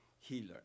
healer